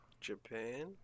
Japan